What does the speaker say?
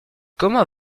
comment